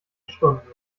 stunden